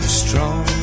strong